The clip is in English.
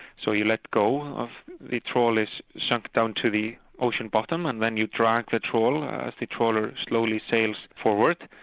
so you let go of the trawl is sunk down to the ocean bottom and when the drag the trawl as the trawler slowly sails forward,